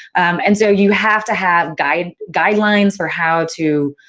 and so, you have to have guidelines guidelines for how to